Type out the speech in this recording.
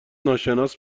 ناشناس